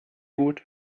gut